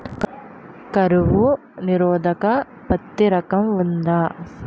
కరువు నిరోధక పత్తి రకం ఉందా?